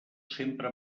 sempre